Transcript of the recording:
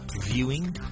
viewing